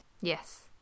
Yes